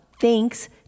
Thanks